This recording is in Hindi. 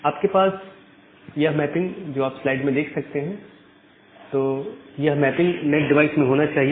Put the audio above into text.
आपके पास यह मैपिंग जो आप स्लाइड में देख सकते हैं तो यह मैपिंग नैट डिवाइस में होना चाहिए